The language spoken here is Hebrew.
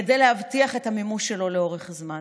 כדי להבטיח את המימוש שלו לאורך זמן?